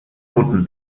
roten